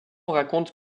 raconte